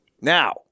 Now